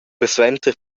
persuenter